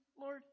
Lord